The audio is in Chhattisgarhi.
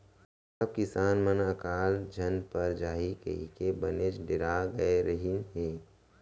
सब किसान मन अकाल झन पर जाही कइके बनेच डेरा गय रहिन हें